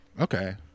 okay